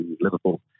Liverpool